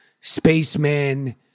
spaceman